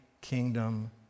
kingdom